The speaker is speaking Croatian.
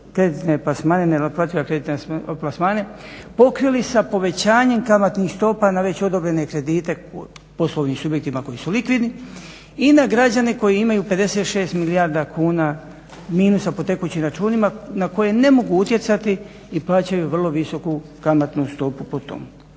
sve te nenaplative kreditne plasmane pokrili sa povećanjem kamatnih stopa na već odobrene kredite poslovnim subjektima koji su likvidni i na građane koji imaju 56 milijardi kuna minusa po tekućim računima na koje ne mogu utjecati i plaćaju vrlo visoku kamatnu stopu po tom.